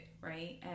right